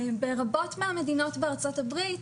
לרבות מהמדינות בארצות הברית,